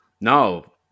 No